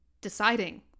deciding